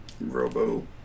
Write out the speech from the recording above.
Robo